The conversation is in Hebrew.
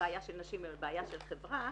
בעיה של נשים אלא בעיה של חברה